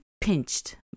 pinched